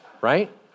right